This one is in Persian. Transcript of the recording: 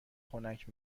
خنک